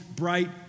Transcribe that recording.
bright